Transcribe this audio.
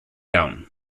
iawn